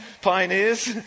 pioneers